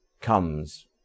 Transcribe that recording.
comes